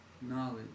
knowledge